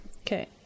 okay